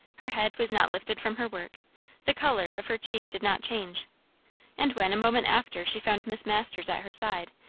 her head was not lifted from her work the colour of her cheek did not change and when a moment after she found miss masters at her side,